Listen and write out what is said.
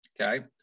Okay